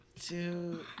two